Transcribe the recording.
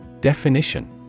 Definition